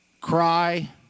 cry